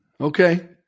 Okay